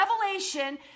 revelation